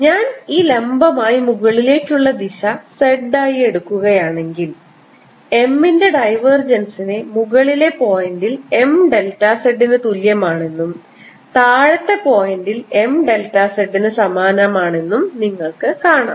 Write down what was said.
ഞാൻ ഈ ലംബമായി മുകളിലേക്കുള്ള ദിശ z ആയി എടുക്കുകയാണെങ്കിൽ M ന്റെ ഡൈവർജൻസിനെ മുകളിലെ പോയിന്റിൽ M ഡെൽറ്റ z ന് തുല്യമാണെന്നും താഴത്തെ പോയിന്റിൽ M ഡെൽറ്റ z ന് സമാനമാണെന്നും നിങ്ങൾക്ക് കാണാം